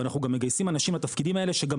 אנחנו גם מגייסים אנשים לתפקידים האלה שגם